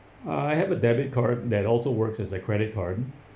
uh I have a debit card that also works as a credit card